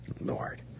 Lord